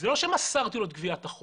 זה לא שמסרתי לו את גביית החוב.